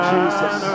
Jesus